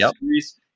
series